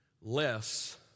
less